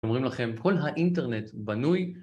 אומרים לכם, כל האינטרנט בנוי.